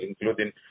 including